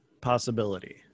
possibility